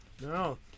No